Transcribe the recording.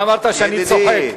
אמרת שאני צוחק.